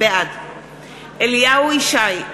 בעד אליהו ישי,